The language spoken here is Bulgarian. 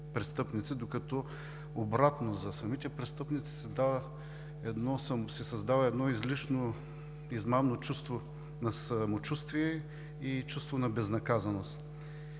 докато, обратно, за самите престъпници се създава едно излишно измамно чувство на самочувствие и чувство за безнаказаност.